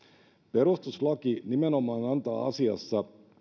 perustuslaki nimenomaan antaa asiassa